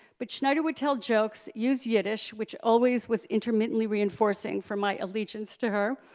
but schneider would tell jokes, use yiddish, which always was intermittently reinforcing for my allegiance to her,